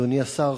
אדוני השר,